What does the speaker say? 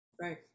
Right